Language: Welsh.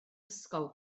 ysgol